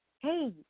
hey